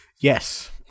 Yes